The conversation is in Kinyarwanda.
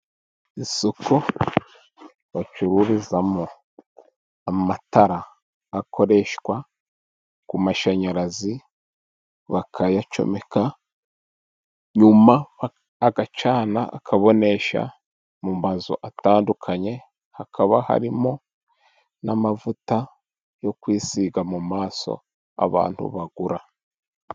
Isoko bacururizamo amatara akoreshwa ku mashanyarazi, bakayacomeka nyuma agacana akabonesha mu mazu atandukanye. Hakaba harimo n'amavuta yo kwisiga mu maso abantu bagura.